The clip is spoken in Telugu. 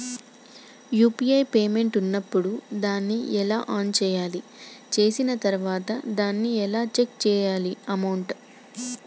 యూ.పీ.ఐ పేమెంట్ ఉన్నప్పుడు దాన్ని ఎలా ఆన్ చేయాలి? చేసిన తర్వాత దాన్ని ఎలా చెక్ చేయాలి అమౌంట్?